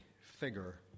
figure